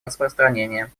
распространения